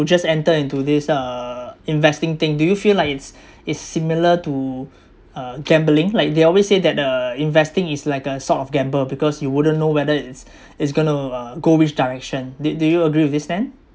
just enter into this uh investing thing do you feel like it's it's similar to uh gambling like they always say that uh investing is like a sort of gamble because you wouldn't know whether it's it's going to uh go which direction do do you agree with this then